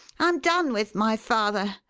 i'm done with my father,